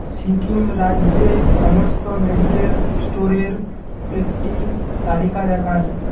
সিকিম রাজ্যে সমস্ত মেডিক্যাল স্টোরের একটি তালিকা দেখান